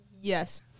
Yes